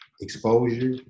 exposure